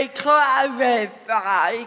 clarify